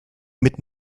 mit